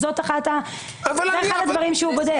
זה אחד הדברים שהוא בודק.